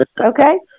okay